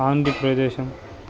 ஆண்டு பிரதேசம்